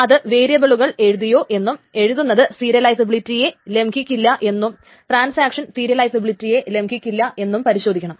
അത് വേരിയബിളുകൾ എഴുതിയോ എന്നും എഴുതുന്നത് സീരിയലൈസിബിളിറ്റിയെ ലംഘിക്കില്ലാ എന്നും ട്രാൻസാക്ഷൻ സീരിയബിലിറ്റിയെ ലംഘിക്കില്ലാ എന്നും പരിശോധിക്കണം